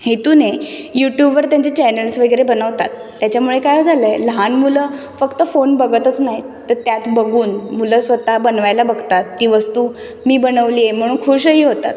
हेतूने युटूबवर त्यांचे चॅनेल्स वगैरे बनवतात त्याच्यामुळे काय झालं आहे लहान मुलं फक्त फोन बघतच नाहीत तर त्यात बघून मुलं स्वत बनवायला बघतात ती वस्तू मी बनवली आहे म्हणून खुशही होतात